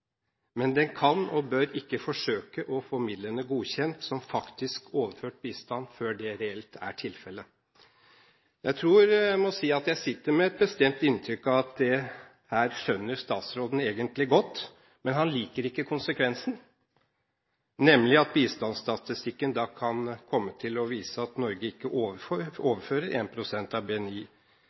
Men den kan og bør ikke forsøke å få midlene godkjent som faktisk overført bistand før det reelt er tilfelle. Jeg tror jeg må si at jeg sitter med et bestemt inntrykk av at statsråden egentlig skjønner dette godt. Men han liker ikke konsekvensen, nemlig at bistandsstatistikken da kan komme til å vise at Norge ikke overfører 1 pst. av BNI,